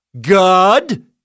GOD